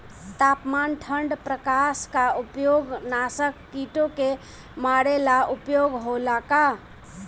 तापमान ठण्ड प्रकास का उपयोग नाशक कीटो के मारे ला उपयोग होला का?